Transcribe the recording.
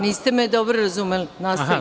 Niste me dobro razumeli.